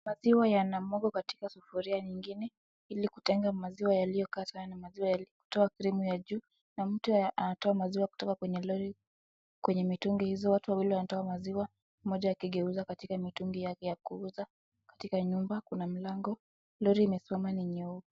Maziwa yanamwagwa katika sufuria nyingine hili kutenga maziwa yaliyokaa sana. Maziwa yalitoa cream ya juu na mtu anatoa maziwa kwenye mitungi hizo watu wawili wanatoa maziwa mmoja akigeuza katika mitungi yake ya kuuza. Katika nyumba kuna mlango. Lori imesimama ni nyeupe.